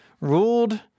ruled